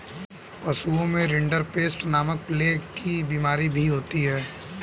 पशुओं में रिंडरपेस्ट नामक प्लेग की बिमारी भी होती है